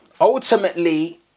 Ultimately